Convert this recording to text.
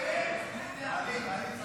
תעלי.